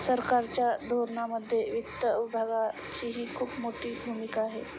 सरकारच्या धोरणांमध्ये वित्त विभागाचीही खूप मोठी भूमिका आहे